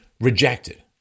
rejected